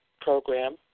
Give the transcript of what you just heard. program